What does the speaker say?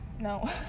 no